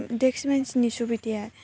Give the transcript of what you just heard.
डेक्स बेन्सनि सुबिदाया